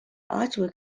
artwork